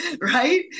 right